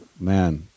Man